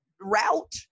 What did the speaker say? route